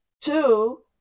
Two